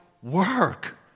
Work